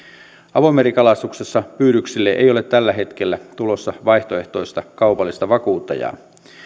avomerikalastuksessa pyydyksille ei ole tällä hetkellä tulossa vaihtoehtoista kaupallista vakuuttajaa